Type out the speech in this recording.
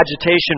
agitation